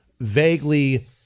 vaguely